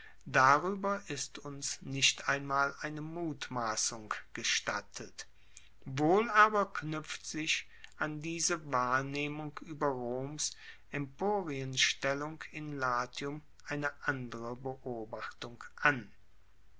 darueber ist uns nicht einmal eine mutmassung gestattet wohl aber knuepft sich an diese wahrnehmung ueber roms emporienstellung in latium eine andere beobachtung an